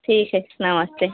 ठीक है नमस्ते